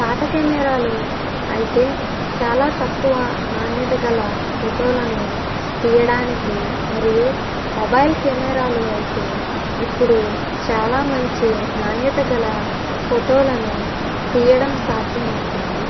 పాత కెమెరాలు అయితే చాలా తక్కువ నాణ్యత గల ఫోటోలను తీయడానికి మరియు మొబైల్ కెమెరాలు అయితే ఇప్పుడు చాలా మంచి నాణ్యత గల ఫోటోలను తీయడం సాధ్యమవుతుంది